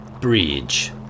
bridge